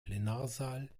plenarsaal